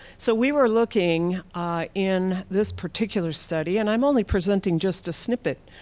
so we were looking in this particular study and i'm only presenting just a snippet,